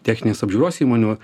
techninės apžiūros įmonių